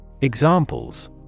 Examples